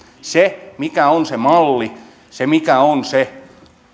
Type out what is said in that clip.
se mikä on se malli se mikä on se